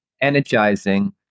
energizing